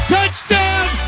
Touchdown